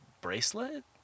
bracelet